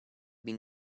been